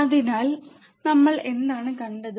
അതിനാൽ ഞങ്ങൾ എന്താണ് കണ്ടത്